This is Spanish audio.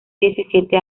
diecisiete